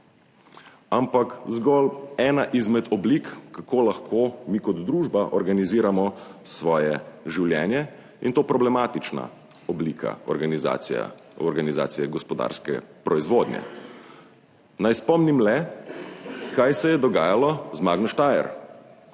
ampak zgolj ena izmed oblik kako lahko mi kot družba organiziramo svoje življenje in to problematična oblika organizacije gospodarske proizvodnje. Naj spomnim le, kaj se je dogajalo z Magno Steyr.